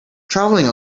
traveling